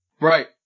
Right